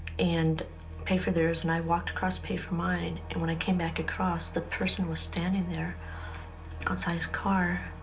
and pay for theirs. and i walked across to pay for mine. and when i came back across, the person was standing there outside his car.